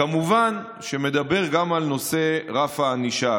שכמובן מדבר גם על נושא רף הענישה.